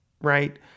right